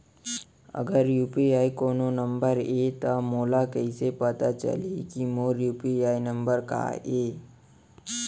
अगर यू.पी.आई कोनो नंबर ये त मोला कइसे पता चलही कि मोर यू.पी.आई नंबर का ये?